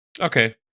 Okay